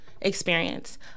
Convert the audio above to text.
experience